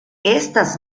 estas